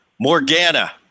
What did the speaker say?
Morgana